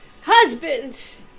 Husbands